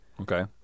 Okay